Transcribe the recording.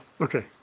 Okay